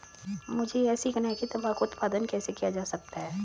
मुझे यह सीखना है कि तंबाकू उत्पादन कैसे किया जा सकता है?